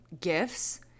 gifts